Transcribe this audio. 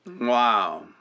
wow